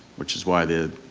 which is why the